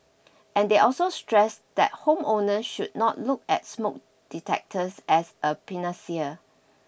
and they also stressed that home owners should not look at smoke detectors as a panacea